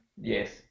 yes